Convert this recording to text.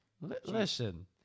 Listen